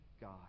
God